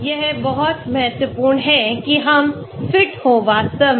तो यह बहुत महत्वपूर्ण है कि हम फिट हों वास्तव में